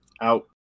Out